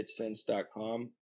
Hitsense.com